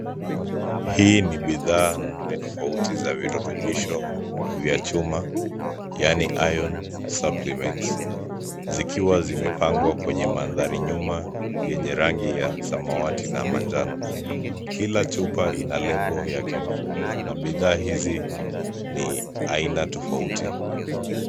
Hii ni bidhaa nne tofauti za virutubisho vya chuma yaani iron suppliments zikiwa zimepangwa kwenye mandharinyuma yenye rangi ya samawati na manjano. Kila chupa ina lebo yake na bidhaa hizi ni aina tofauti.